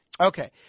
Okay